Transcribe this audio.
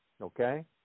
okay